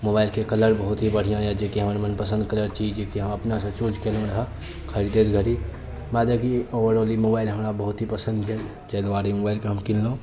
मोबाइलके ई कलर बहुत ही बढ़िऑं अछि जे की हमर मनपसन्द कलर छी जे की हम अपनासँ चूज केलहुॅं रऽ खरीदे घरी बात अछि कि हमरा ओवरआल ई मोबाइल हमरा बहुत ही पसन्द भेल ताहि दुआरे ई मोबाइलके हम कीनलहुँ